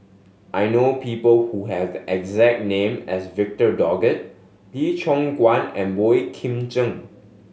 I know people who have the exact name as Victor Doggett Lee Choon Guan and Boey Kim Cheng